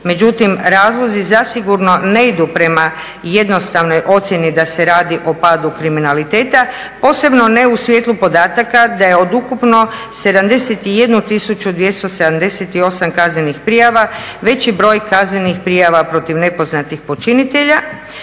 međutim razlozi zasigurno ne idu prema jednostavnoj ocjeni da se radi o padu kriminaliteta, posebno ne u svijetlu podataka da je od ukupno 71 tisuću 278 kaznenih prijava veći broj kaznenih prijava protiv nepoznatih počinitelja,